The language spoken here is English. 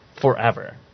forever